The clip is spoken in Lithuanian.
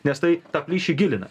nes tai tą plyšį gilina